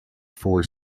four